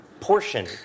portion